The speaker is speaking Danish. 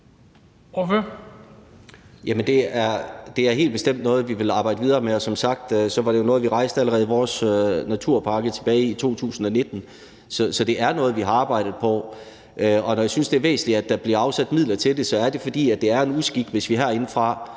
Det er helt bestemt noget, vi vil arbejde videre med. Som sagt var det jo noget, vi rejste allerede i vores naturpakke tilbage i 2019. Så det er noget, vi har arbejdet på. Og når jeg synes, det er væsentligt, at der bliver afsat midler til det, er det, fordi det er en uskik, hvis vi herindefra